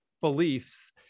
beliefs